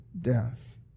death